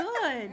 good